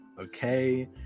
okay